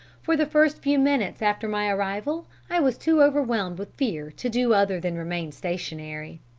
for the first few minutes after my arrival i was too overwhelmed with fear to do other than remain stationary.